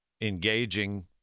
engaging